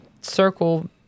circle